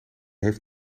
heeft